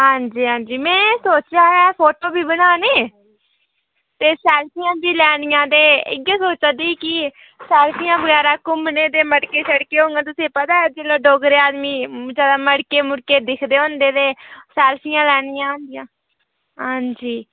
हां जी हां जी में एह् सोचेआ हा कि फोटो बी बनाने ते सेल्फियां बी लैनिया ते इ'यै सोचा दी ही कि सेल्फियां बगैरा घुम्मने ते मटके शटके होङन ते तुसें ई पता ऐ जेल्लै डोगरे आदमी जैदा मटके मुटके दिखदे होंदे ते सैल्फियां लैनियां होंदियां हां जी